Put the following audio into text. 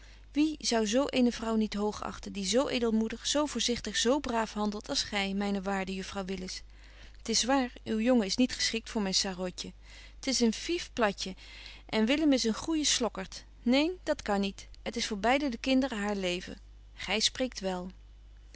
wie zou zo eene vrouw niet hoog achten die zo edelmoedig zo voorzigtig zo braaf handelt als gy myne waarde juffrouw willis t is waar uw jongen is niet geschikt voor myn sarotje t is een vif platje en willem is een goeije slokkert neen dat kan niet het is voor beide de kinderen haar leven gy spreekt wel